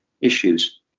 issues